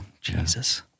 Jesus